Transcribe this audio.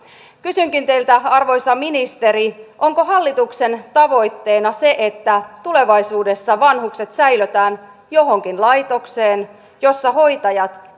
kysynkin teiltä arvoisa ministeri onko hallituksen tavoitteena se että tulevaisuudessa vanhukset säilötään johonkin laitokseen jossa hoitajat